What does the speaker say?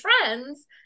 friends